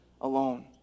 alone